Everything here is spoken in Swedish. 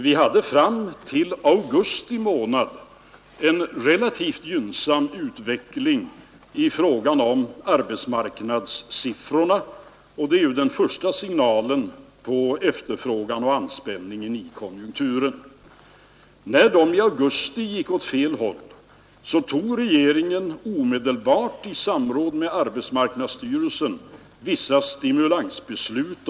Vi hade fram till augusti månad en relativt gynnsam utveckling i fråga om arbetsmarknadssiffrorna, och det är ju den första signalen på efterfrågan och anspänningen i konjunkturen. När de i augusti gick åt fel håll fattade regeringen omedelbart, i samråd med arbetsmarknadsstyrelsen, vissa stimulansbeslut.